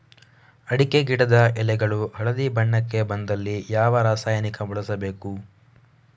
ಅಡಿಕೆ ಗಿಡದ ಎಳೆಗಳು ಹಳದಿ ಬಣ್ಣಕ್ಕೆ ಬಂದಲ್ಲಿ ಯಾವ ರಾಸಾಯನಿಕ ಬಳಸಬೇಕು?